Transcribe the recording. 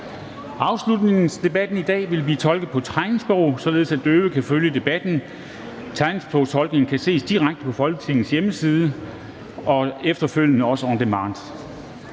Afslutningsdebatten i dag vil blive tolket på tegnsprog, således at døve kan følge debatten. Tegnsprogstolkningen kan ses direkte på Folketingets hjemmeside og efterfølgende også on demand.